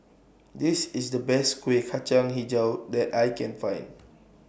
This IS The Best Kueh Kacang Hijau that I Can Find